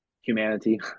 humanity